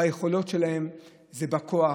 היכולות שלהם זה בכוח,